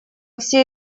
все